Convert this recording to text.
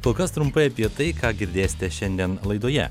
kol kas trumpai apie tai ką girdėsite šiandien laidoje